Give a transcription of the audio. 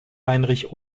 heinrich